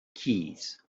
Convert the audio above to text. keys